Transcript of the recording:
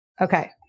Okay